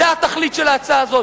זו התכלית של ההצעה הזאת.